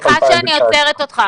סליחה שאני עוצרת אותך.